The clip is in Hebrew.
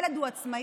ילד הוא עצמאי?